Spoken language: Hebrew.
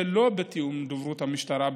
שלא בתיאום עם דוברות המשטרה,